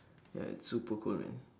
ya it's super cold man